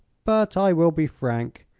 but i will be frank.